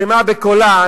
שמע בקולה.